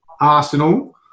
Arsenal